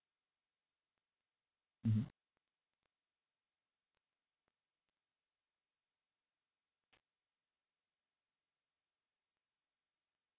mmhmm